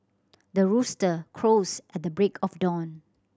the rooster crows at the break of dawn